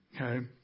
Okay